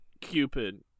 Cupid